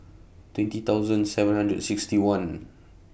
twenty thousand seven hundred sixty one